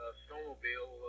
snowmobile